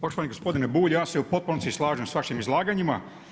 Poštovani gospodine Bulj, ja se u potpunosti slažem sa vašim izlaganjima.